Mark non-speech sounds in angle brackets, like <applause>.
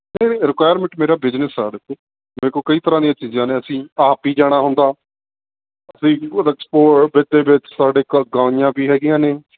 ਨਹੀਂ ਨਹੀਂ ਰਿਕੁਆਇਰਮੈਂਟ ਮੇਰਾ ਬਿਜਨਸ ਆ ਦੇਖੋ ਮੇਰੇ ਕੋਲ ਕਈ ਤਰ੍ਹਾਂ ਦੀਆਂ ਚੀਜ਼ਾਂ ਨੇ ਅਸੀਂ ਆਪ ਹੀ ਜਾਣਾ ਹੁੰਦਾ ਅਸੀਂ <unintelligible> ਦੇ ਵਿੱਚ ਸਾਡੇ ਘਰ ਗਾਈਆਂ ਵੀ ਹੈਗੀਆਂ ਨੇ